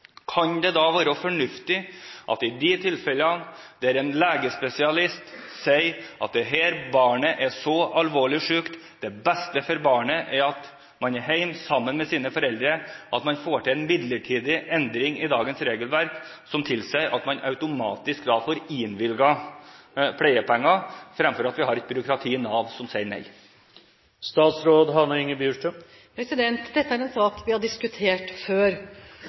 Kan det være fornuftig i de tilfellene der en legespesialist sier at dette barnet er så alvorlig sykt at det beste for barnet er at det er hjemme sammen med sine foreldre, at man får til en midlertidig endring i dagens regelverk som tilsier at man automatisk får innvilget pleiepenger, fremfor at vi har et byråkrati i Nav som sier nei? Dette er en sak vi har diskutert før.